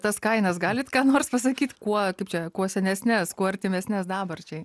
tas kainas galit ką nors pasakyt kuo kaip čia kuo senesnės kuo artimesnes dabarčiai